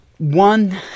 One